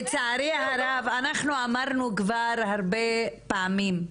לצערי הרב אנחנו אמרנו כבר הרבה פעמים,